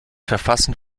verfassen